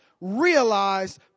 realized